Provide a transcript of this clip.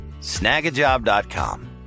snagajob.com